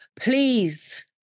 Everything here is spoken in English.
Please